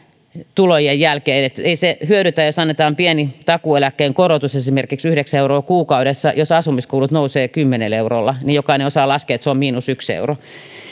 menojen jälkeen ei se hyödytä jos annetaan pieni takuueläkkeen korotus esimerkiksi yhdeksän euroa kuukaudessa jos asumiskulut nousevat kymmenellä eurolla jokainen osaa laskea että se on miinus yksi euro